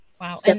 Wow